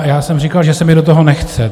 Já jsem říkal, že se mi do toho nechce.